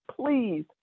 please